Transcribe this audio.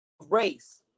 race